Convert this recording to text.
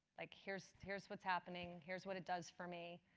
like here's here's what's happening. here's what it does for me.